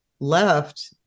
left